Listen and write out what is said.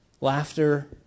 Laughter